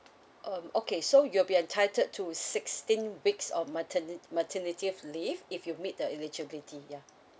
oh okay so you'll be entitled to sixteen weeks um mateni~ maternity leave if you meet the eligibility ya